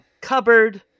cupboard